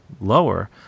lower